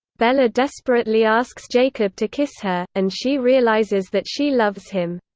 bella desperately asks jacob to kiss her, and she realizes that she loves him.